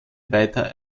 weiter